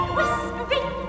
whispering